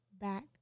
back